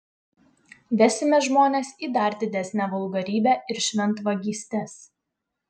vesime žmones į dar didesnę vulgarybę ir šventvagystes